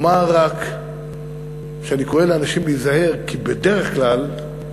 אומר רק שאני קורא לאנשים להיזהר, כי בדרך כלל,